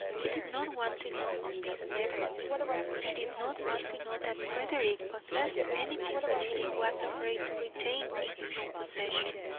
he did not want to know of these letters he did not want to know that frederick possessed anything which he was afraid to retain in his own possession.